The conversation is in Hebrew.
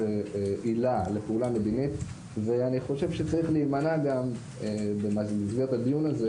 עילה לפעולה מדינית ואני חושב שצריך להימנע גם במסגרת הדיון הזה